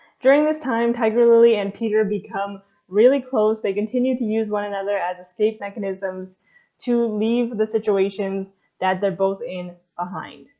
during this time tiger lily and peter become really close. they continue to use one another as escape mechanisms to leave the situations that they're both in behind,